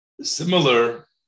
similar